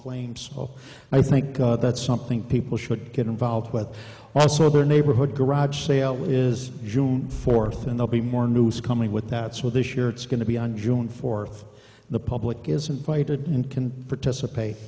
claims oh i think that's something people should get involved with also their neighborhood garage sale is june fourth and they'll be more news coming with that so this year it's going to be on june fourth the public is invited and can participate